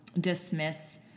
dismiss